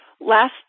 Last